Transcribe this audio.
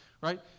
right